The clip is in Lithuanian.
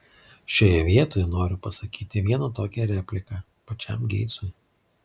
šioje vietoje noriu pasakyti vieną tokią repliką pačiam geitsui